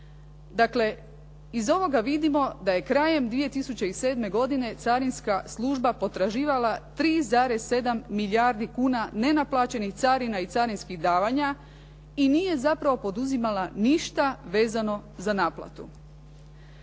Dakle, iz ovoga vidimo da je krajem 2007. godine carinska služba potraživala 3,7 milijardi kuna nenaplaćenih carina i carinskih davanja i nije zapravo poduzimala ništa vezano za naplatu.